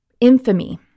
infamy